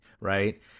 right